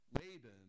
Laban